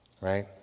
right